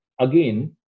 again